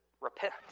repent